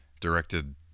directed